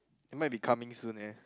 it might be coming soon eh